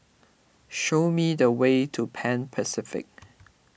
show me the way to Pan Pacific